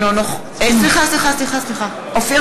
אופיר